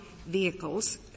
Vehicles